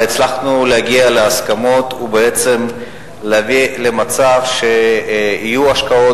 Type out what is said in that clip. הצלחנו להגיע להסכמות ובעצם להביא למצב שיהיו השקעות